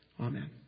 Amen